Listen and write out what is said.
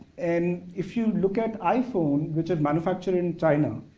and if you look at iphone which are manufactured in china,